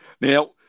Now